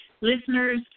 Listeners